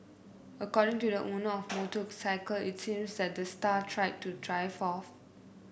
according to the owner of the motorcycle it seemed that the star tried to drive off